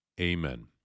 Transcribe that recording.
Amen